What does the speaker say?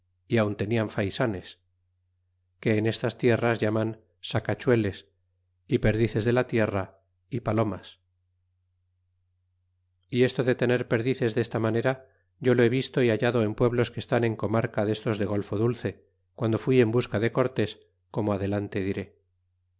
y aun tenian faisanes que en estas tierras llaman sacachueles y perdices de la tierra y palomas y esto de tener perdices testa manera yo lo he visto y hallado en pueblos que estan en comarca destos de golfo dulce guando fui en busca de cortés como adelante diré